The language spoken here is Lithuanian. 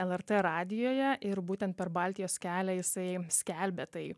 lrt radijoje ir būtent per baltijos kelią jisai skelbė tai